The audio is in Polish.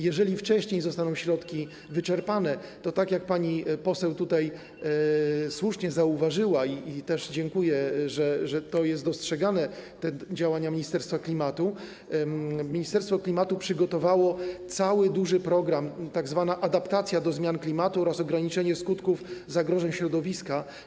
Jeżeli wcześniej zostaną środki wyczerpane, to, tak jak pani poseł tutaj słusznie zauważyła - dziękuję, że to jest dostrzegane, te działania Ministerstwa Klimatu - Ministerstwo Klimatu przygotowało duży program: „Adaptacja do zmian klimatu oraz ograniczanie skutków zagrożeń środowiska”